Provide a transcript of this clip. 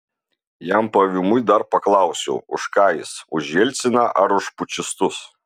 jam pavymui dar paklausiau už ką jis už jelciną ar už pučistus